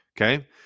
okay